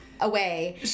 Away